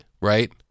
right